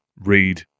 read